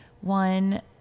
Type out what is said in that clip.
one